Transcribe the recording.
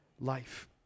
life